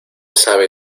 sabe